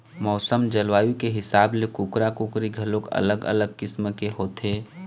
मउसम, जलवायु के हिसाब ले कुकरा, कुकरी घलोक अलग अलग किसम के होथे